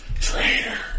Traitor